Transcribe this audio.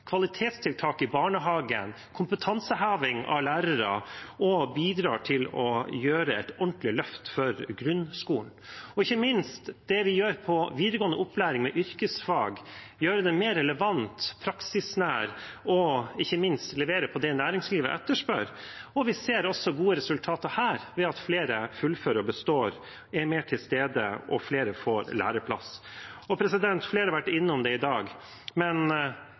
kvalitetstiltak i barnehagen og kompetanseheving av lærere, og bidrar til å gjøre et ordentlig løft for grunnskolen. Ikke minst det vi gjør med yrkesfagene i videregående opplæring, ved å gjøre dem mer relevante og praksisnære, og ikke minst at man leverer på det som næringslivet etterspør, må jeg også nevne. Vi ser også gode resultater der, ved at flere fullfører, består og er mer til stede, og flere får læreplass. Flere har vært innom det i dag, men